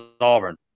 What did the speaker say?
Auburn